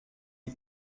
die